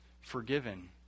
forgiven